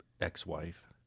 ex-wife